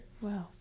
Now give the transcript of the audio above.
Wow